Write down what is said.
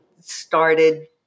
started